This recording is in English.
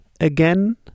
again